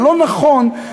הלא-נכון,